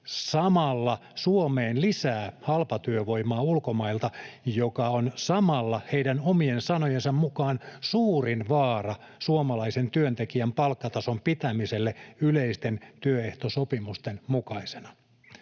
samalla Suomeen ulkomailta lisää halpatyövoimaa, joka on samalla heidän omien sanojensa mukaan suurin vaara suomalaisen työntekijän palkkatason pitämiselle yleisten työehtosopimusten mukaisena.